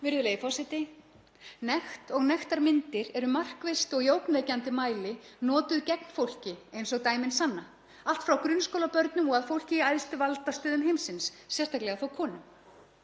Virðulegi forseti. Nekt og nektarmyndir eru markvisst og í ógnvekjandi mæli notaðar gegn fólki eins og dæmin sanna, allt frá grunnskólabörnum til fólks í æðstu valdastöðum heimsins, sérstaklega konum.